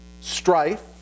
strife